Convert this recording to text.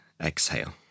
exhale